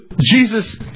Jesus